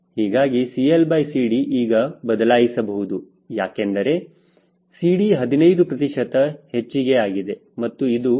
ಹೀಗಾಗಿ CLCD ಈಗ ಬದಲಾಯಿಸಬಹುದು ಯಾಕೆಂದರೆ CD 15 ಪ್ರತಿಶತ ಹೆಚ್ಚಿಗೆಆಗಿದೆ ಮತ್ತು ಇದು 11